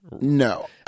No